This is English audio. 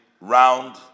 round